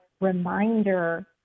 reminder